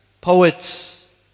poets